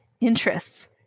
Interests